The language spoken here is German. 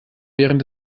während